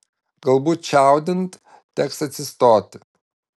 galbūt čiaudint teks atsistoti